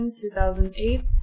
2008